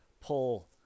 pull